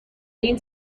این